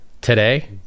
today